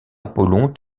apollon